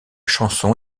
chanson